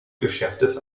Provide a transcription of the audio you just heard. geschäfts